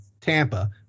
Tampa